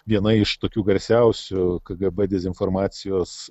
viena iš tokių garsiausių kgb dezinformacijos